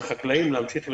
לחקלאים להמשיך לגדל.